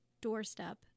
doorstep